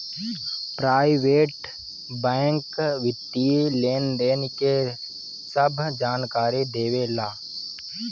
private bank वित्तीय लेनदेन के सभ जानकारी देवे ला